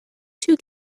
two